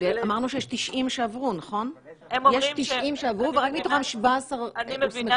אמרנו שיש 90 שעברו ורק מתוכם 17 הוסמכו.